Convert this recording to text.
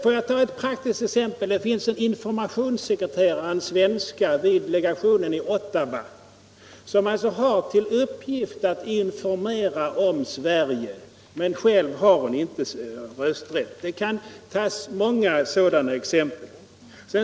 Får jag ta ett praktiskt exempel. Det finns en informationssekreterare — en svenska — vid legationen i Ottawa. Hon har alltså till uppgift att informera om Sverige i Kanada. Men själv har hon inte rösträtt. Det kan anföras många sådana exempel.